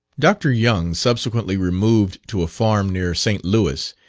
dr. young subsequently removed to a farm near st. louis,